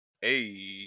Hey